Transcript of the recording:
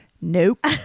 Nope